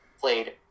played